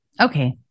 Okay